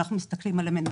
כשאנחנו מסתכלים על המנהלות,